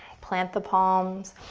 plant the palms,